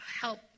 help